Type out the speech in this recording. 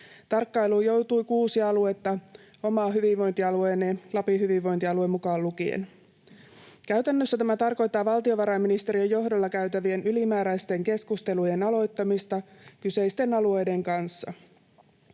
Tarkkailuun joutui kuusi aluetta, oma hyvinvointialueeni Lapin hyvinvointialue mukaan lukien. Käytännössä tämä tarkoittaa valtiovarainministeriön johdolla käytävien ylimääräisten keskustelujen aloittamista kyseisten alueiden kanssa.